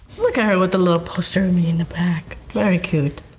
look at her with the little poster of me in the back. very cute.